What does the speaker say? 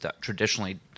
traditionally